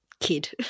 kid